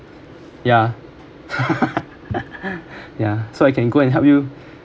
yeah yeah so I can go and help you